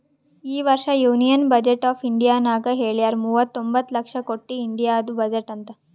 ಈ ವರ್ಷ union budget of ಇಂಡಿಯಾನಾಗ್ ಹೆಳ್ಯಾರ್ ಮೂವತೊಂಬತ್ತ ಲಕ್ಷ ಕೊಟ್ಟಿ ಇಂಡಿಯಾದು ಬಜೆಟ್ ಅಂತ್